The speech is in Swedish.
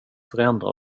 förändra